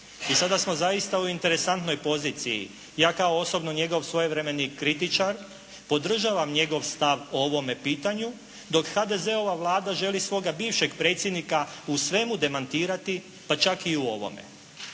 I sada smo zaista u interesantnoj poziciji. Ja kao osobno njegov svojevremeni kritičar podržavam njegov stav o ovome pitanju, dok HDZ-ova Vlada želi svoga bivšeg predsjednika u svemu demantirati, pa čak i u ovome.